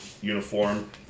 uniform